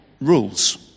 Rules